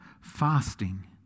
fasting